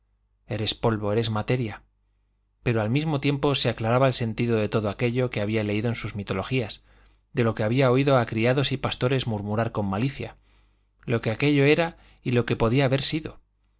eres polvo eres materia pero al mismo tiempo se aclaraba el sentido de todo aquello que había leído en sus mitologías de lo que había oído a criados y pastores murmurar con malicia lo que aquello era y lo que podía haber sido